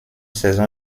saison